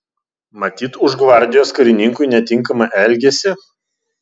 matyt už gvardijos karininkui netinkamą elgesį